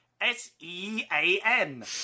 S-E-A-N